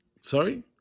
Sorry